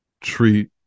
Treat